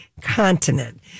continent